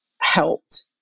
helped